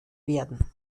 werden